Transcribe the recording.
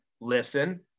listen